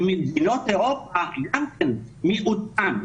במדינות אירופה גם כן למיעוטן,